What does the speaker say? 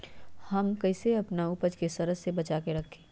हम कईसे अपना उपज के सरद से बचा के रखी?